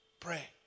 Pray